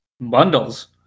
Bundles